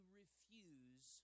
refuse